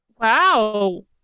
Wow